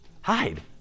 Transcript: Hide